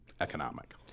economic